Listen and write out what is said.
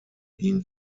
ihn